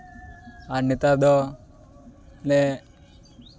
ᱟᱨ ᱱᱮᱛᱟᱨ ᱫᱚ ᱞᱮ